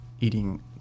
eating